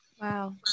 Wow